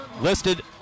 listed